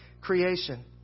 creation